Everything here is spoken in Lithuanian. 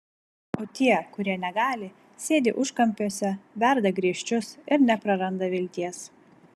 o tie kurie negali sėdi užkampiuose verda griežčius ir nepraranda vilties